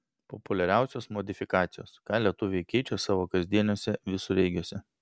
populiariausios modifikacijos ką lietuviai keičia savo kasdieniniuose visureigiuose